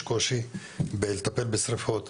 יש קושי בלטפל בשריפות,